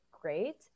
great